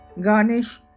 Garnish